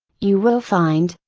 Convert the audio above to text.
you will find,